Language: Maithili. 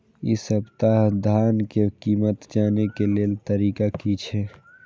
इ सप्ताह धान के कीमत जाने के लेल तरीका की छे?